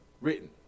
written